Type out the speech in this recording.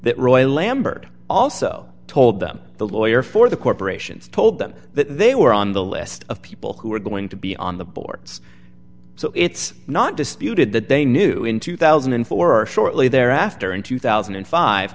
that roy lambert also told them the lawyer for the corporations told them that they were on the list of people who were going to be on the boards so it's not disputed that they knew in two thousand and four or shortly thereafter in two thousand and five